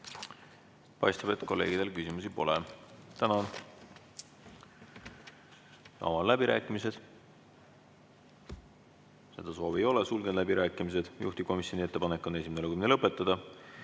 Paistab, et kolleegidel küsimusi pole. Tänan! Avan läbirääkimised. Seda soovi ei ole, sulgen läbirääkimised. Juhtivkomisjoni ettepanek on esimene